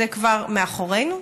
זה כבר מאחורינו,